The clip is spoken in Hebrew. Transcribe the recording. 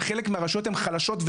וחלק מהרשויות חלשות,